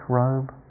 robe